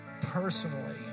personally